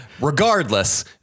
Regardless